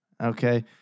Okay